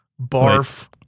Barf